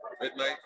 midnight